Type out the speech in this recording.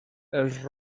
els